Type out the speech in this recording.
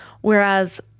Whereas